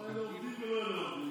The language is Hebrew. לא אלה עובדים ולא אלה עובדים.